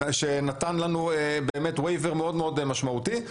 שנתן לנו וו'ייבר מאוד משמעותי.